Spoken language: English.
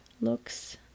looks